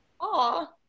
Aw